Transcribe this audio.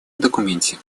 документе